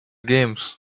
games